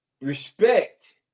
respect